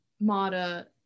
Mata